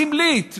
סמלית,